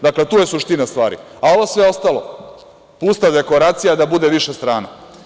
Dakle, tu je suština stvari, a ovo sve ostalo, pusta dekoracija da bude više strana.